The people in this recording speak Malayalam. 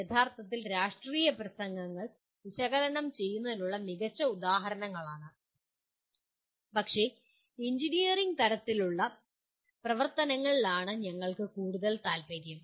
യഥാർത്ഥത്തിൽ രാഷ്ട്രീയ പ്രസംഗങ്ങൾ വിശകലനം ചെയ്യുന്നതിനുള്ള മികച്ച ഉദാഹരണങ്ങളാണ് പക്ഷേ എഞ്ചിനീയറിംഗ് തരത്തിലുള്ള പ്രവർത്തനങ്ങളിൽ ആണ് ഞങ്ങൾക്ക് കൂടുതൽ താൽപ്പര്യം